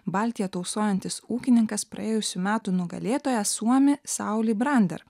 baltiją tausojantis ūkininkas praėjusių metų nugalėtoją suomį saulį brander